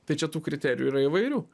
tai čia tų kriterijų yra įvairių